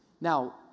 Now